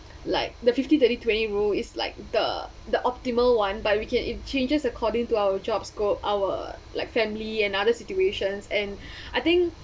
like the fifty thirty twenty rule is like the the optimal one but we can it changes according to our job scope our like family and other situations and I think